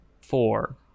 four